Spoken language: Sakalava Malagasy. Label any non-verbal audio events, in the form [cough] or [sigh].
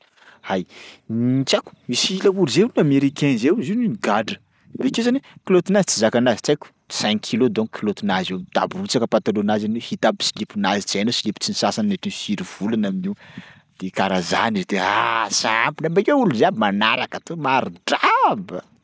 Hay, n- tsy haiko misy laolo zay hono américain zay hozy io gadra, bakeo zany kilaotinazy tsy zakanazy tsy haiko tsy cinq kilo donko kilaotinazy io da brotsaka patalohanazy amin'io hita aby siliponazy tsy hay na slipo tsy nisasa nandritry ny firy volana amin'io [noise] de karaha zany de ah sampona bakeo olo jiaby manaraka to, maro draba.